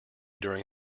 during